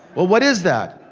well, what is that?